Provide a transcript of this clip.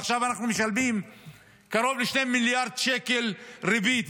ועכשיו אנחנו משלמים קרוב ל-2 מיליארד שקל ריבית,